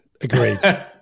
Agreed